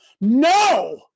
no